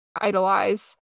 idolize